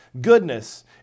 Goodness